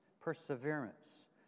perseverance